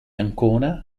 ancona